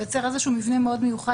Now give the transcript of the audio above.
זה מייצר איזה שהוא מבנה מאוד מיוחד